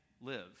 live